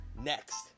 Next